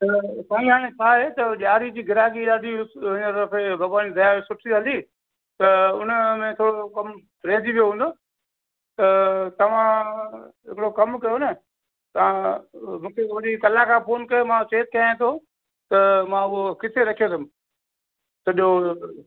त साईं हाणे छाहे त ॾियारी जी ग्राहकी विरागी हींअर भॻिवान जी दया सां सुठी हली त उन में थोरो कमु रहिजी वियो हूंदो त तव्हां हिकिड़ो कमु कयो न तव्हां मूंखे वरी कलाक खां पोइ फ़ोन कयो त मां चैक कयां थो त मां उहो किथे रखियो अथमि सॼो